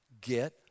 get